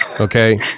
Okay